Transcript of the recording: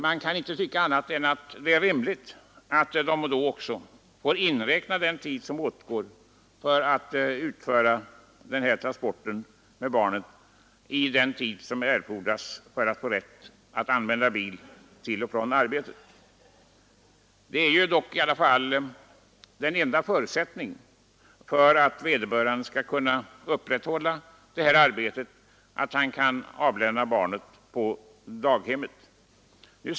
Jag kan inte tycka annat än att det är rimligt att de då också får ta hänsyn till den tid som åtgår för att utföra denna transport vid beräknandet av den tidsvinst som erfordras för att få göra avdrag för bilresa till och från arbetet. En förutsättning för att vederbörande skall kunna upprätthålla arbetet är dock att han kan avlämna barnet på daghemmet.